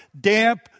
damp